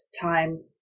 time